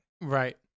right